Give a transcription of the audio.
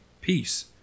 peace